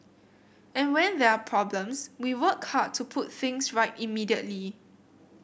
and when there are problems we work hard to put things right immediately